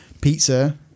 pizza